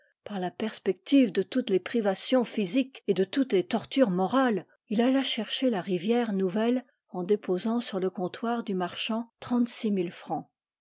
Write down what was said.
par la perspective de toutes les privations physiques et de toutes les tortures morales il alla chercher la rivière nouvelle en déposant sur le comptoir du marchand